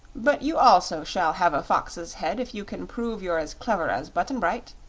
but you also shall have a fox's head if you can prove you're as clever as button-bright.